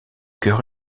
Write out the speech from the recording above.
cœur